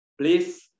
please